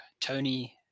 Tony